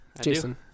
Jason